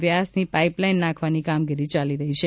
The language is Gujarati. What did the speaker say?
વ્યાસની પાઈપલાઈન નાંખવાની કામગીરી ચાલી રહી છે